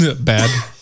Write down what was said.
Bad